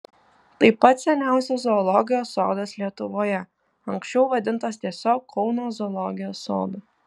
tai pats seniausias zoologijos sodas lietuvoje anksčiau vadintas tiesiog kauno zoologijos sodu